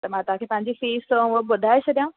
त मां तव्हांखे पंहिंजी फ़ीस हू सभु ॿुधाए छॾियांव